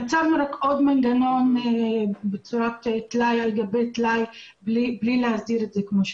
זה יצר רק עוד מנגנון בצורת טלאי על טלאי בלי להסדיר את זה כמו שצריך.